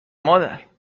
مادر